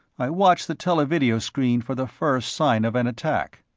i watched the televideo screen for the first sign of an attack.